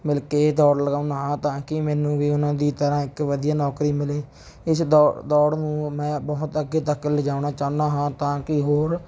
ਮਿਲ ਕੇ ਦੌੜ ਲਗਾਉਂਦਾ ਹਾਂ ਤਾਂ ਕਿ ਮੈਨੂੰ ਵੀ ਉਨ੍ਹਾਂ ਦੀ ਤਰ੍ਹਾਂ ਇੱਕ ਵਧੀਆ ਨੌਕਰੀ ਮਿਲੇ ਇਸ ਦੌੜ ਦੌੜ ਨੂੰ ਮੈਂ ਬਹੁਤ ਅੱਗੇ ਤੱਕ ਲਿਜਾਉਣਾ ਚਾਹੁੰਦਾ ਹਾਂ ਤਾਂ ਕੀ ਹੋਰ